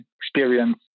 experience